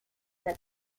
that